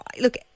Look